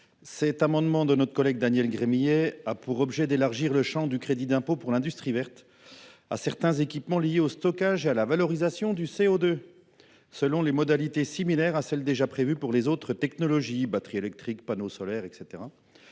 Cet amendement de notre collègue Daniel Gremillet a pour objet d’élargir le champ du crédit d’impôt pour l’industrie verte à certains équipements liés au stockage et à la valorisation du CO2, selon des modalités similaires à celles qui sont déjà prévues pour d’autres technologies, batteries électriques, panneaux solaires, etc.